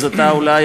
אז אתה אולי